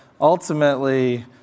ultimately